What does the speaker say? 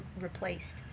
replaced